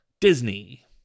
Disney